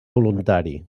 voluntari